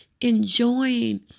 enjoying